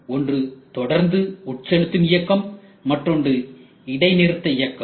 ஒன்று தொடர்ந்து உட்செலுத்தும் இயக்கம் மற்றொன்று இடைநிறுத்த இயக்கம்